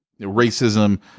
racism